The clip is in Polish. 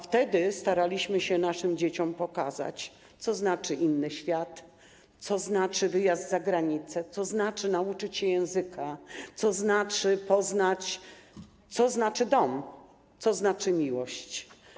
Wtedy staraliśmy się naszym dzieciom pokazać, co znaczy inny świat, co znaczy wyjazd za granicę, co znaczy nauczyć się języka, co znaczy poznać... co znaczy dom, co znaczy miłość.